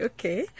Okay